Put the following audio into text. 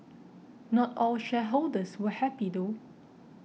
not all shareholders were happy though